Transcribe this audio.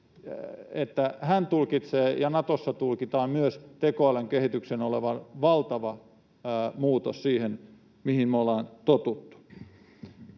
hän tulkitsee, ja Natossa tulkitaan, myös tekoälyn kehityksen olevan valtava muutos siihen, mihin me ollaan totuttu.